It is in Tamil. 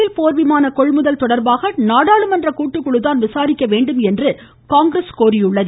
பேல் போர்விமான கொள்முதல் தொடர்பாக நாடாளுமன்ற கூட்டுக்குழுதான் விசாரிக்க வேண்டும் என்று காங்கிரஸ் கூறியுள்ளது